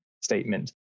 statement